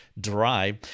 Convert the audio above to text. Drive